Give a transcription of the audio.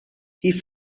die